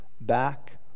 back